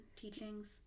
teachings